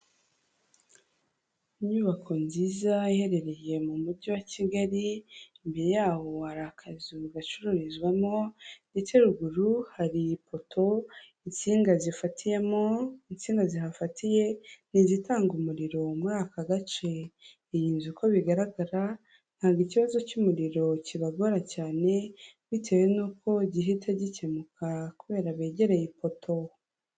Inyubako nziza iherereye mu Mujyi wa Kigali, imbere yaho hari akazu gacururizwamo ndetse ruguru hari ipoto insinga zifatiyemo, insinga zihafatiye ni izitanga umuriro muri aka gace, iyi nzu uko bigaragara ntabwo ikibazo cy'umuriro kibagora cyane, bitewe n'uko gihita gikemuka kubera begereye ipoto.